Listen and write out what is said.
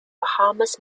bahamas